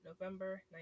November